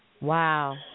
Wow